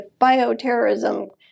bioterrorism